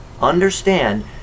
Understand